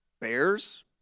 Bears